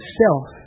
self